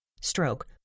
stroke